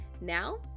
Now